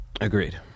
agreed